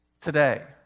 today